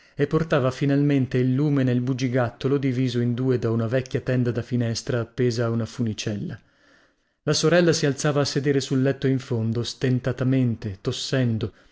e portava finalmente il lume nel bugigattolo diviso in due da una vecchia tenda da finestra appesa a una funicella la sorella si alzava a sedere sul letto in fondo stentatamente tossendo